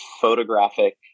photographic